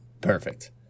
Perfect